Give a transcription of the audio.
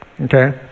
okay